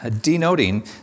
denoting